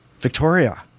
Victoria